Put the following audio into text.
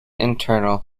internal